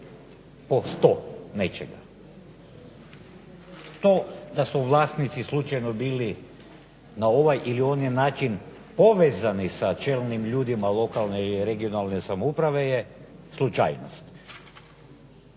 po 100 nečega. To da su vlasnici slučajno bili na ovaj ili onaj način povezani sa čelnim ljudima lokalne i regionalne samouprave je slučajnost.